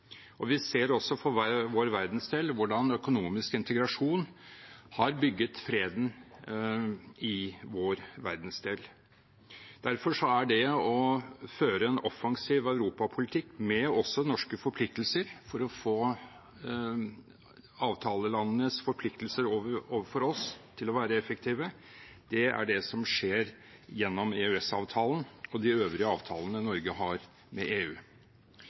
og sikkerhet. Og vi ser også, for vår verdensdel, hvordan økonomisk integrasjon har bygget freden i vår verdensdel. Derfor er det å føre en offensiv europapolitikk – med også norske forpliktelser – for å få avtalelandenes forpliktelser overfor oss til å være effektive, det er det som skjer gjennom EØS-avtalen og de øvrige avtalene Norge har med EU.